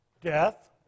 Death